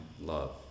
love